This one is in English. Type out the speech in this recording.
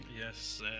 yes